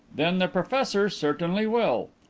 then the professor certainly will.